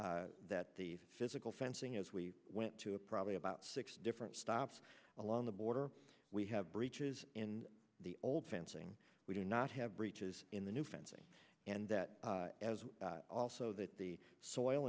that these physical fencing as we went to a probably about six different stops along the border we have breaches in the old fencing we do not have breaches in the new fencing and that has also that the soil